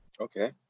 Okay